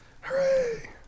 Hooray